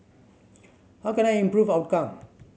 how can I improve outcome